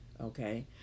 okay